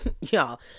y'all